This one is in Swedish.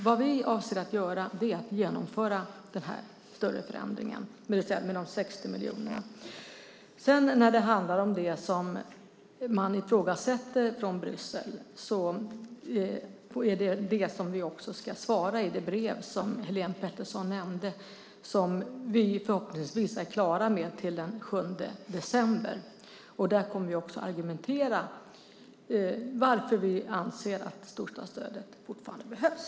Vad vi avser att göra är alltså att genomföra denna större förändring, det vill säga med de 60 miljonerna. När det gäller det man ifrågasätter från Bryssel är det det vi också ska svara i det brev som Helene Petersson nämnde, och det är vi förhoppningsvis klara med till den 7 december. Där kommer vi även att argumentera varför vi anser att storstadsstödet fortfarande behövs.